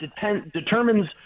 Determines